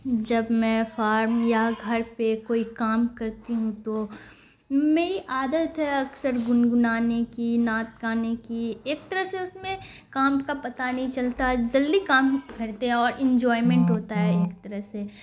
جب میں فارم یا گھر پہ کوئی کام کرتی ہوں تو میری عادت ہے اکثر گنگنانے کی نعت گانے کی ایک طرح سے اس میں کام کا پتہ نہیں چلتا جلدی کام کرتے ہیں اور انجوائمنٹ ہوتا ہے ایک طرح سے